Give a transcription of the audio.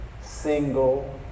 single